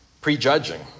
prejudging